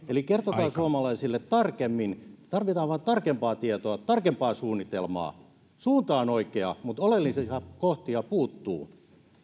eli kertokaa suomalaisille tarkemmin tarvitaan vain tarkempaa tietoa tarkempaa suunnitelmaa suunta on oikea mutta oleellisia kohtia puuttuu